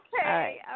Okay